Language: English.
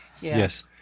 Yes